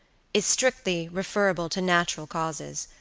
is strictly referable to natural causes.